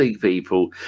people